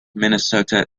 minnesota